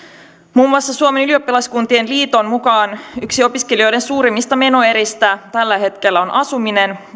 muun muassa suomen ylioppilaskuntien liiton mukaan yksi opiskelijoiden suurimmista menoeristä tällä hetkellä on asuminen